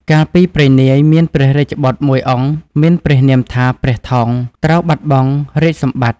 កាលពីព្រេងនាយ មានព្រះរាជបុត្រមួយអង្គមានព្រះនាមថា ព្រះថោង ត្រូវបាត់បង់រាជសម្បត្តិ។